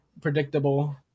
predictable